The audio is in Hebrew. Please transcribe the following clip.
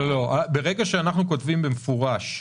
אנחנו כותבים במפורש,